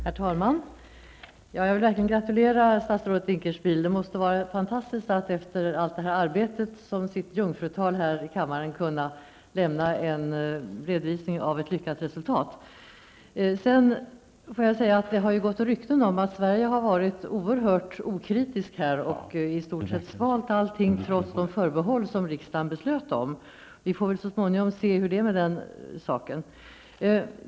Herr talman! Jag vill verkligen gratulera statsrådet Dinkelspiel. Det måste vara fantastiskt att efter allt det här arbetet i sitt jungfrutal här i kammaren kunna lämna en redovisning av ett lyckat resultat. Det har gått rykten om att Sverige har varit oerhört okritiskt och i stort sett svalt allting trots de förbehåll som riksdagen beslöt om. Vi får väl så småningom se hur det är med den saken.